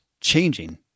changing